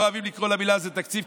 לא אוהבים לקרוא לזה "תקציב",